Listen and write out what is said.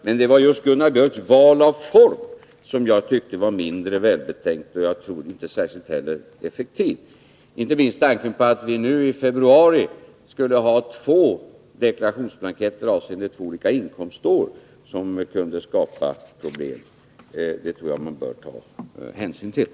Men det var Gunnar Biörcks val av form som jag tyckte var mindre välbetänkt, och jag tror inte heller att den är särskilt effektiv. Om vii februari hade två deklarationsblanketter avseende två olika inkomstår kunde det skapa problem, och det tror jag att man bör ta hänsyn till.